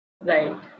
Right